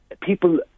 people